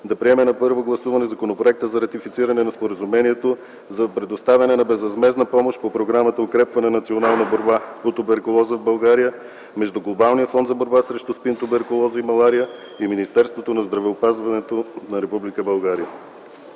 да приеме на първо гласуване Законопроекта за ратифициране на Споразумението за предоставяне на безвъзмездна помощ по Програмата „Укрепване на Националната програма по туберкулоза в България” между Глобалния фонд за борба срещу СПИН, туберкулоза и малария и Министерството на здравеопазването на Република